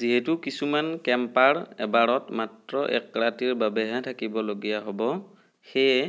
যিহেতু কিছুমাণ কেম্পাৰ এবাৰত মাত্ৰ এক ৰাতিৰ বাবেহে থকিবলগীয়া হ'ব সেয়ে